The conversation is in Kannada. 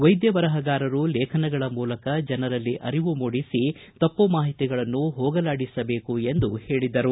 ವೈದ್ಯ ಬರಹಗಾರರು ಲೇಖನಗಳ ಮೂಲಕ ಜನರಲ್ಲಿ ಅರಿವು ಮೂಡಿಸಿ ತಪ್ಪು ಮಾಹಿತಿಗಳನ್ನು ಹೋಗಲಾಡಿಸಬೇಕು ಎಂದು ಅವರು ಹೇಳಿದರು